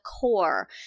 core